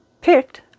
picked